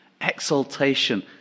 exaltation